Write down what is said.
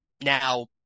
now